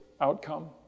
outcome